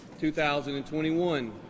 2021